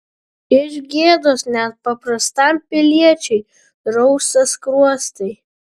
iš gėdos net paprastam piliečiui rausta skruostai